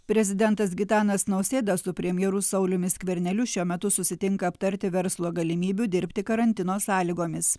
prezidentas gitanas nausėda su premjeru sauliumi skverneliu šiuo metu susitinka aptarti verslo galimybių dirbti karantino sąlygomis